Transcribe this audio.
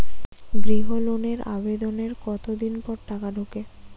গৃহ লোনের আবেদনের কতদিন পর টাকা ঢোকে?